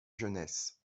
jeunesse